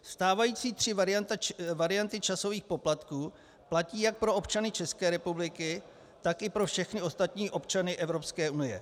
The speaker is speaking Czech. Stávající tři varianty časových poplatků platí jak pro občany České republiky, tak i pro všechny ostatní občany Evropské unie.